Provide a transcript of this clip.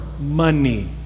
money